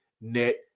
net